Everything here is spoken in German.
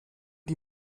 die